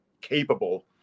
capable